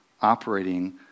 operating